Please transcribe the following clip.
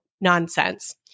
nonsense